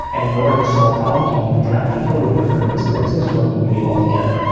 and in order to solve problems, you need to have people with different experiences working really well together.